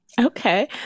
Okay